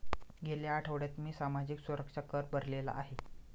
गेल्या आठवड्यात मी सामाजिक सुरक्षा कर भरलेला आहे